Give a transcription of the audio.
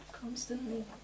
constantly